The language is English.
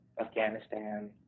afghanistan